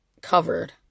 covered